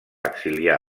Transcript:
exiliar